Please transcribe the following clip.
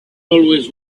always